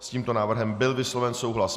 S tímto návrhem byl vysloven souhlas.